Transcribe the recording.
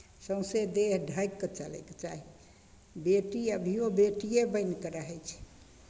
सौँसे देह ढँकि कऽ चलयके चाही बेटी अभियो बेटिए बनि कऽ रहै छै